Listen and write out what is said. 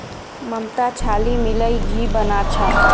ममता छाली मिलइ घी बना छ